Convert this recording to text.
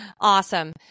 awesome